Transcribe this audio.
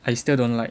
I still don't like